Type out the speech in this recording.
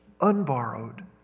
unborrowed